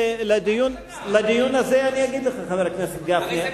לדיון הזה, אני אגיד לך, חבר הכנסת גפני.